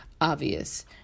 obvious